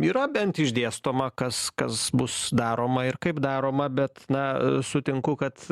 yra bent išdėstoma kas kas bus daroma ir kaip daroma bet na sutinku kad